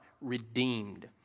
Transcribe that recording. redeemed